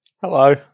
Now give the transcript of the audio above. Hello